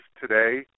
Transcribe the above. today